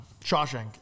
Shawshank